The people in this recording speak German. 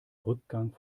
rückgang